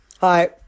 Hi